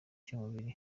cy’umubiri